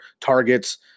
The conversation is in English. targets